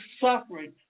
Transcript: suffering